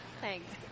thanks